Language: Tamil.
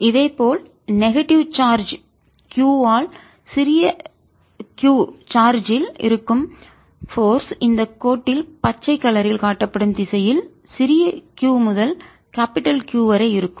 இதேபோல் நெகட்டிவ் எதிர்மறை சார்ஜ் Q ஆல் சிறிய q சார்ஜ் இல் இருக்கும் போர்ஸ் விசை இந்த கோட்டில் பச்சை கலரில் நிறத்தில் காட்டப்படும் திசையில் சிறிய q முதல் கேபிடல் பெரிய Q வரை இருக்கும்